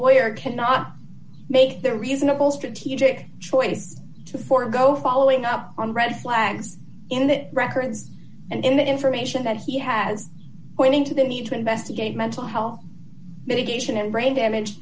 lawyer cannot make the reasonable strategic choices to forgo following up on red flags in the records and in the information that he has pointing to the need to investigate mental health big ation and brain damage